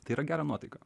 tai yra gera nuotaika